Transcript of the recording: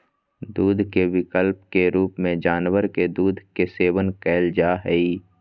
दूध के विकल्प के रूप में जानवर के दूध के सेवन कइल जा हइ